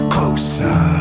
Closer